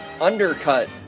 undercut